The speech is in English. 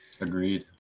agreed